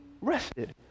rested